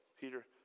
Peter